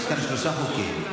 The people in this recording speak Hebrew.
יש כאן שלושה חוקים.